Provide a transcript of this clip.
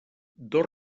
dos